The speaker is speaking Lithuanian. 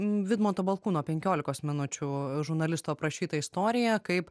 vidmanto balkūno penkiolikos minučių žurnalisto aprašyta istorija kaip